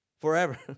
forever